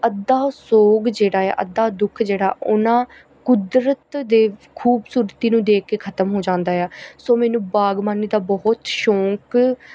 ਅੱਧਾ ਸੋਗ ਜਿਹੜਾ ਆ ਅੱਧਾ ਦੁੱਖ ਜਿਹੜਾ ਉਹਨਾਂ ਕੁਦਰਤ ਦੇ ਖੂਬਸੂਰਤੀ ਨੂੰ ਦੇਖ ਕੇ ਖਤਮ ਹੋ ਜਾਂਦਾ ਆ ਸੋ ਮੈਨੂੰ ਬਾਗਬਾਨੀ ਦਾ ਬਹੁਤ ਸ਼ੌਂਕ